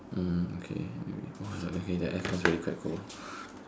hmm okay wait okay the air force really quite cool